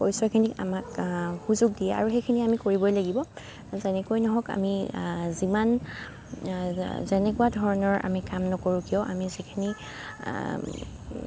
পৰিচয়খিনিক আমাক সুযোগ দিয়ে আৰু সেইখিনি আমি কৰিবই লাগিব যেনেকৈ নহওক আমি যিমান যে যেনেকুৱা ধৰণৰ আমি কাম নকৰোঁ কিয় আমি যিখিনি